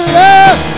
love